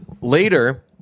later